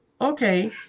Okay